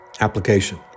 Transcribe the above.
Application